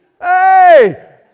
Hey